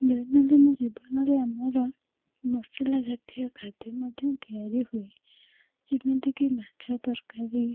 ଦୈନନ୍ଦିନ ଜୀବନରେ ଆମର ମସଲା ଜାତୀୟ ଖାଦ୍ୟ ମଧ୍ୟ ତିଆରି ହୁଏ ଯେମିତିକି ମାଛ ତରକାରୀ